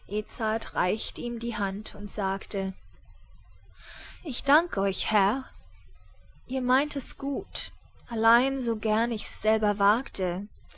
reicht ihm die hand und sagte ich dank euch herr ihr meint es gut allein so gern ich's selber wagte